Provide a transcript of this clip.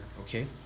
okay